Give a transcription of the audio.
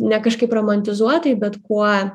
ne kažkaip romantizuotai bet kuo